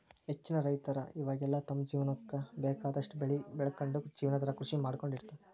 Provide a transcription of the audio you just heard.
ಹೆಚ್ಚಿನ ರೈತರ ಇವಾಗೆಲ್ಲ ತಮ್ಮ ಜೇವನಕ್ಕ ಬೇಕಾದಷ್ಟ್ ಬೆಳಿ ಬೆಳಕೊಂಡು ಜೇವನಾಧಾರ ಕೃಷಿ ಮಾಡ್ಕೊಂಡ್ ಇರ್ತಾರ